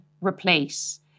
replace